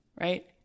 right